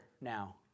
now